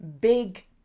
Big